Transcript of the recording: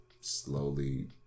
slowly